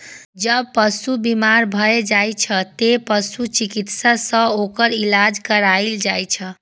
जब पशु बीमार भए जाइ छै, तें पशु चिकित्सक सं ओकर इलाज कराएल जाइ छै